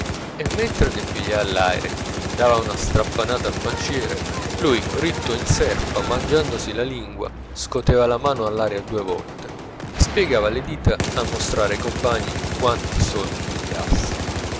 e mentre nel pigliar l'aire dava una strappannata al panciere lui ritto in serpa mangiandosi la lingua scoteva la mano all'aria due volte e spiegava le dita a mostrare ai compagni quanti soldi pigliasse